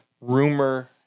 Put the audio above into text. rumor